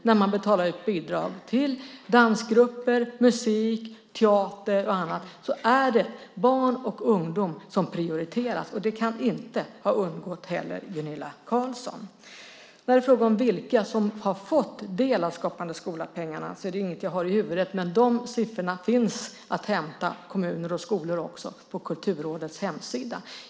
När man betalar ut bidrag till dansgrupper, musik, teater och annat är det barn och ungdom som prioriteras. Det kan inte heller ha undgått Gunilla Carlsson. I fråga om vilka som har fått del av Skapande skola-pengarna är det inget jag har i huvudet, men de siffrorna finns att hämta - kommuner och skolor också - på Kulturrådets hemsida.